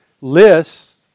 lists